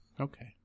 Okay